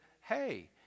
Hey